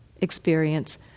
experience